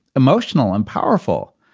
emotional and powerful.